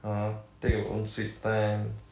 !huh! take your own sweet time